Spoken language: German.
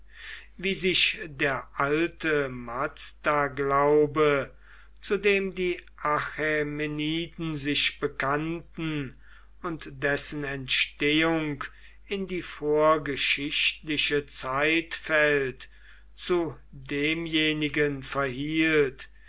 wie sich der alte mazda glaube zu dem die achämeniden sich bekannten und dessen entstehung in die vorgeschichtliche zeit fällt zu demjenigen verhielt